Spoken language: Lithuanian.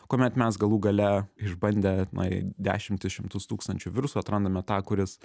kuomet mes galų gale išbandę na dešimtis šimtus tūkstančių virusų atrandame tą kuris